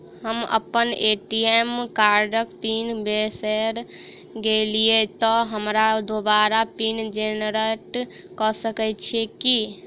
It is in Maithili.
हम अप्पन ए.टी.एम कार्डक पिन बिसैर गेलियै तऽ हमरा दोबारा पिन जेनरेट कऽ सकैत छी की?